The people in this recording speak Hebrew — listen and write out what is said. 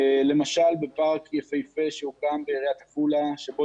למשל בפארק יפהפה שהוקם בעיריית עפולה בו